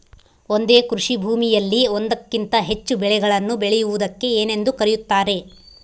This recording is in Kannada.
ಒಂದೇ ಕೃಷಿಭೂಮಿಯಲ್ಲಿ ಒಂದಕ್ಕಿಂತ ಹೆಚ್ಚು ಬೆಳೆಗಳನ್ನು ಬೆಳೆಯುವುದಕ್ಕೆ ಏನೆಂದು ಕರೆಯುತ್ತಾರೆ?